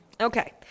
Okay